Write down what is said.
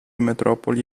metropoli